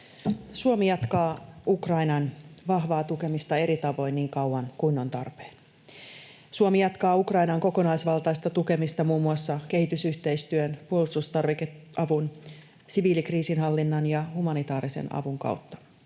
Suomi jatkaa Ukrainan vahvaa tukemista eri tavoin niin kauan kuin on tarpeen. Suomi jatkaa Ukrainan kokonaisvaltaista tukemista muun muassa kehitysyhteistyön, puolustustarvikeavun, siviilikriisinhallinnan ja humanitaarisen avun kautta.